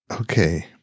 okay